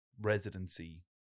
residency